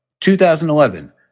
2011